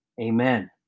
Amen